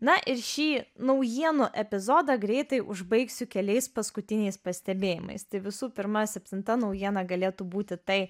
na ir šį naujienų epizodą greitai užbaigsiu keliais paskutiniais pastebėjimais tai visų pirma septinta naujiena galėtų būti tai